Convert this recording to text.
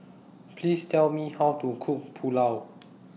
Please Tell Me How to Cook Pulao